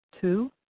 Two